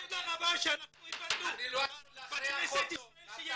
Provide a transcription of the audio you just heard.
ותודה רבה שאנחנו הבנו בכנסת ישראל שיש צינור.